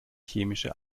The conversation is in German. chemische